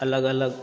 अलग अलग